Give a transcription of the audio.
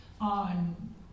on